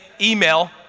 email